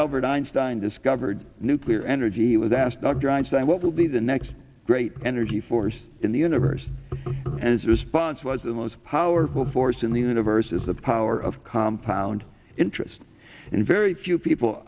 albert einstein discovered nuclear energy was asked dr einstein what will be the next great energy force in the universe as a response was the most powerful force in the universe is the power of compound interest in very few people